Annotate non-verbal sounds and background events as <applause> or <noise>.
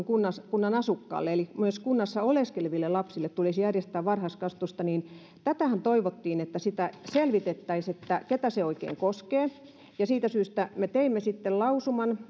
<unintelligible> kuin kunnan asukkaille eli myös kunnassa oleskeleville lapsille tulisi järjestää varhaiskasvatusta niin tästähän toivottiin että selvitettäisiin ketä se oikein koskee siitä syystä me teimme sitten lausuman